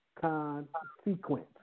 Consequence